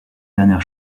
dernière